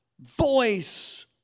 voice